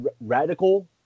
Radical